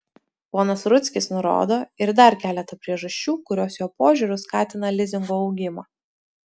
ponas rudzkis nurodo ir dar keletą priežasčių kurios jo požiūriu skatina lizingo augimą